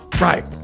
right